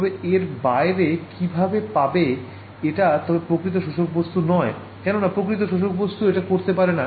তবে এর বাইরে কিভাবে পাবে এটা তবে প্রকৃত শোষক বস্তু নয় কেননা প্রকৃত শোষক বস্তু এটা করতে পারে না